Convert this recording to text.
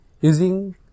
using